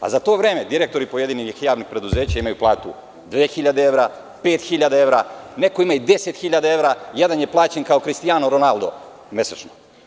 Za to vreme direktori pojedinih javnih preduzeća primaju platu od 2.000 evra, 5.000 evra, neko ima i 10.000 evra, jedan je plaćen kao Kristijano Ronaldo mesečno.